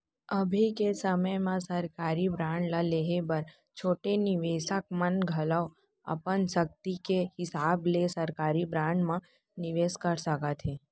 अभी के समे म सरकारी बांड ल लेहे बर छोटे निवेसक मन घलौ अपन सक्ति के हिसाब ले सरकारी बांड म निवेस कर सकत हें